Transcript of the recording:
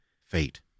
fate